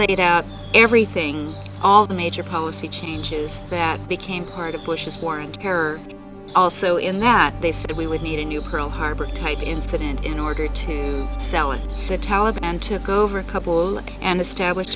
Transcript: laid out everything all the major policy changes that became part of bush's war on terror also in that they said we would need a new pearl harbor type incident in order to sell and the taliban took over a couple and establish